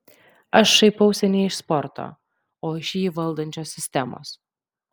aš šaipausi ne iš sporto o iš jį valdančios sistemos